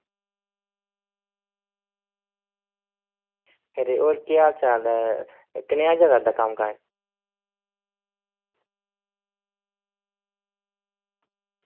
होर केह् हाल चाल ऐ होर कनेहा चला दा कम्म काज